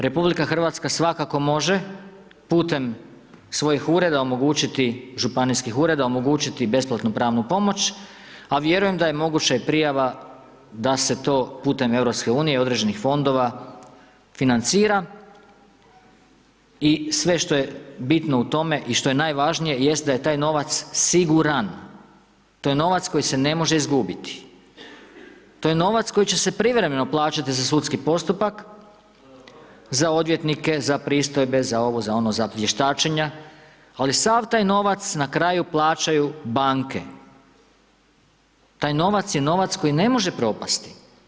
RH svakako može putem svojih Ureda omogućiti, županijskih Ureda omogućiti besplatnu pravnu pomoć, a vjerujem da je moguća i prijava da se to putem EU, određenih fondova, financira i sve što je bitno u tome i što je najvažnije jest da je taj novac siguran, to je novac koji se ne može izgubiti, to je novac koji će se privremeno plaćati za sudski postupak, za odvjetnike, za pristojbe, za ovo, za ono, za vještačenja, ali sav taj novac na kraju plaćaju banke, taj novac je novac koji ne može propasti.